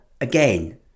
again